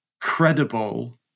credible